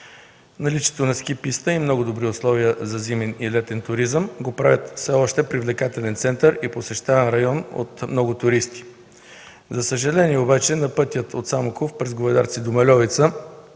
Наличието на ски писта и много добри условия за зимен и летен туризъм го правят все още привлекателен център и посещаван район от много туристи. За съжаление обаче на пътя от Самоков през Говедарци до Мальовица